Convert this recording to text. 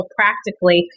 practically